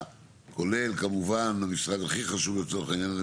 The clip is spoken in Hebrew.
כולל כמובן המשרד הכי חשוב לצורך העניין הזה,